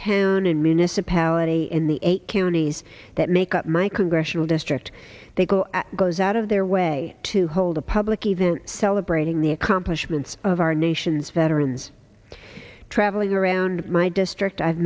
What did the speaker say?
town and municipality in the eight counties that make up my congressional district they go goes out of their way to hold a public event celebrating the accomplishments of our nation's veterans traveling around my district i've